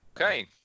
Okay